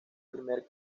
primer